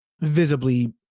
visibly